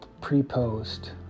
pre-post